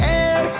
air